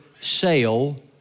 sale